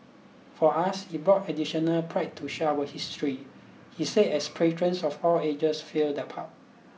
for us it brought additional pride to share our history he said as patrons of all ages filled the pub